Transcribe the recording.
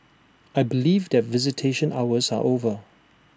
I believe that visitation hours are over